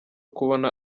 kubona